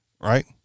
right